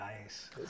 nice